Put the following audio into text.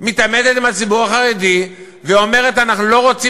מתעמתת עם הציבור החרדי ואומרת: אנחנו לא רוצים